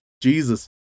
Jesus